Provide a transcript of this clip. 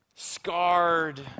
scarred